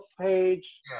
page